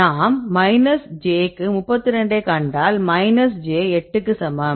நாம் minus j க்கு 32 ஐக் கண்டால் மைனஸ் j 8 க்கு சமம்